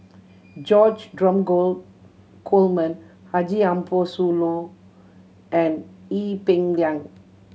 George Dromgold Coleman Haji Ambo Sooloh and Ee Peng Liang